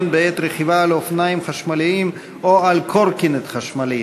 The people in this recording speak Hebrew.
בעת רכיבה על אופניים חשמליים או על קורקינט חשמלי),